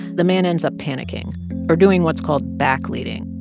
the man ends up panicking or doing what's called back-leading,